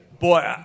Boy